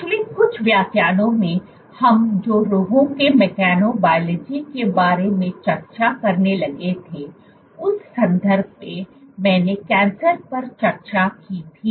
पिछले कुछ व्याख्यानों में हम जो रोगों के मैकेनोबयलॉजी के बारे में चर्चा करने लगे थे उस संदर्भ में मैंने कैंसर पर चर्चा की थी